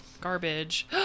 Garbage